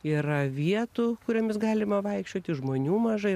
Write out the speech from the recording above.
yra vietų kuriomis galima vaikščioti žmonių mažai